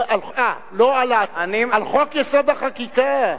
אה, על חוק-יסוד: החקיקה.